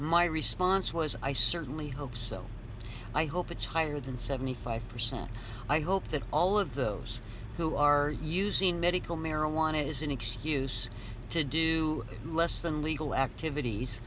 my response was i certainly hope so i hope it's higher than seventy five percent i hope that all of those who are using medical marijuana as an excuse to do less than legal